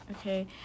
okay